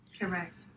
correct